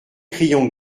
crayons